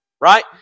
right